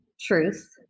truth